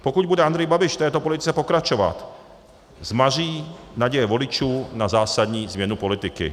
Pokud bude Andrej Babiš v této politice pokračovat, zmaří naděje voličů na zásadní změnu politiky.